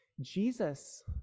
Jesus